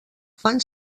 fan